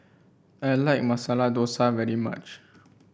I like Masala Dosa very much